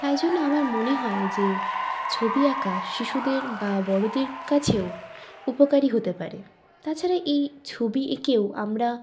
তাই জন্য আমার মনে হয় যে ছবি আঁকা শিশুদের বা বড়দের কাছেও উপকারী হতে পারে তাছাড়া এই ছবি এঁকেও আমরা